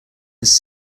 his